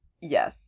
Yes